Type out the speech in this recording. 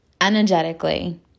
energetically